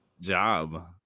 job